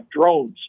drones